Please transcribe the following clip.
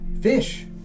Fish